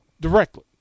directly